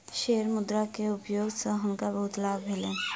share मुद्रा के उपयोग सॅ हुनका बहुत लाभ भेलैन